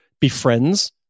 befriends